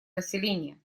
населения